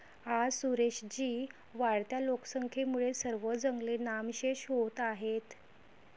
आज सुरेश जी, वाढत्या लोकसंख्येमुळे सर्व जंगले नामशेष होत आहेत